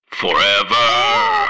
Forever